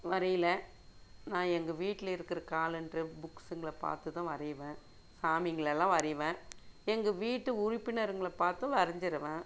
வரையல நான் எங்கள் வீட்டில் இருக்கிற காலண்ட்ரு புக்ஸுங்களை பார்த்து தான் வரைவேன் சாமிங்களெல்லாம் வரைவேன் எங்கள் வீட்டு உறுப்பினர்ங்களை பார்த்தும் வரைஞ்சிருவேன்